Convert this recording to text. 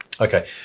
Okay